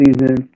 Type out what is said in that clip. season